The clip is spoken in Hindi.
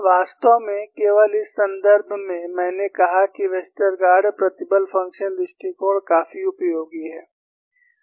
वास्तव में केवल इस संदर्भ में मैंने कहा कि वेस्टरगार्ड प्रतिबल फ़ंक्शन दृष्टिकोण काफी उपयोगी है